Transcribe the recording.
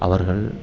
அவர்கள்